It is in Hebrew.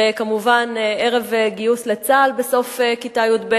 וכמובן ערב גיוס לצה"ל בסוף כיתה י"ב,